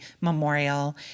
memorial